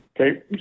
Okay